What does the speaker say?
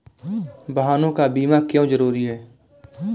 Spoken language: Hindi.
वाहनों का बीमा क्यो जरूरी है?